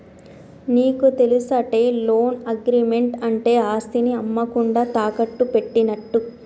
నీకు తెలుసటే, loan agreement అంటే ఆస్తిని అమ్మకుండా తాకట్టు పెట్టినట్టు